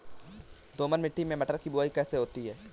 दोमट मिट्टी में मटर की बुवाई कैसे होती है?